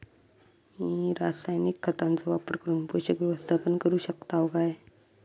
मी रासायनिक खतांचो वापर करून पोषक व्यवस्थापन करू शकताव काय?